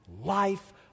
life